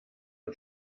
und